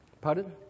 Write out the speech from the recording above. Pardon